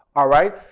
all right.